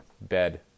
bed